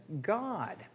God